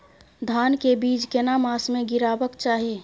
धान के बीज केना मास में गीराबक चाही?